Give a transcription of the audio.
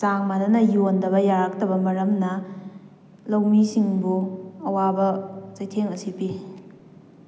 ꯆꯥꯡ ꯃꯥꯟꯅꯅ ꯌꯣꯟꯗꯕ ꯌꯥꯔꯛꯇꯕ ꯃꯔꯝꯅ ꯂꯧꯃꯤꯁꯤꯡꯕꯨ ꯑꯋꯥꯕ ꯆꯩꯊꯦꯡ ꯑꯁꯤ ꯄꯤ